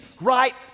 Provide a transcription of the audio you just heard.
right